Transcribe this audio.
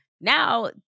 now